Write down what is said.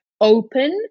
open